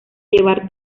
llevar